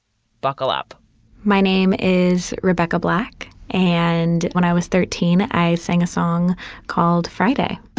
buckle up my name is rebecca black. and when i was thirteen, i sang a song called friday